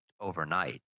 overnight